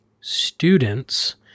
students